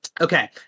Okay